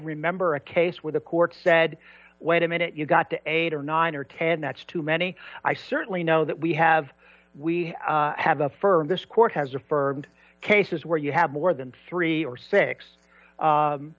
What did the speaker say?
remember a case where the court said wait a minute you got to eight or nine or ten that's too many i certainly know that we have we have affirmed this court has affirmed cases where you have more than three or six